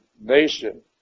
nation